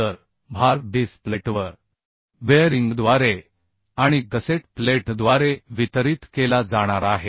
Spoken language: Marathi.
तर भार बेस प्लेटवर बेअरिंगद्वारे आणि गसेट प्लेटद्वारे वितरित केला जाणार आहे